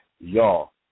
y'all